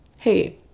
hey